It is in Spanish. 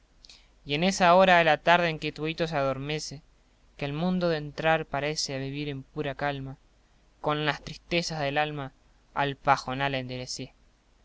y en esa hora de la tarde en que tuito se adormece que el mundo dentrar parece a vivir en pura calma con las tristezas del alma al pajonal enderiece